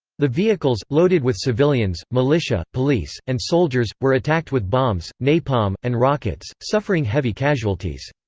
the vehicles, loaded with civilians, militia, police, and soldiers, were attacked with bombs, napalm, and rockets, suffering heavy casualties.